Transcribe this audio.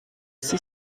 sie